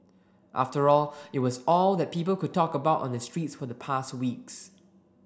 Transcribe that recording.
after all it was all that people could talk about on the streets for the past weeks